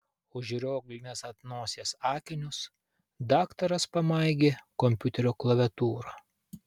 užrioglinęs ant nosies akinius daktaras pamaigė kompiuterio klaviatūrą